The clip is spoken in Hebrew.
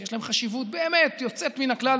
שיש להם חשיבות באמת יוצאת מן הכלל,